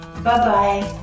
Bye-bye